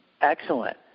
Excellent